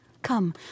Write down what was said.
Come